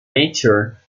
mature